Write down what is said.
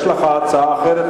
יש לך הצעה אחרת,